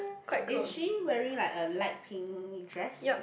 is she wearing like a light pink dress